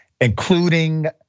including